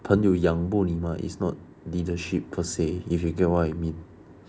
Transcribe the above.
朋友仰慕你 mah is not leadership per se if you get what I mean